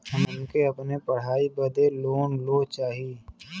हमके अपने पढ़ाई बदे लोन लो चाही?